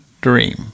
dream